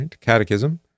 Catechism